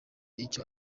icyo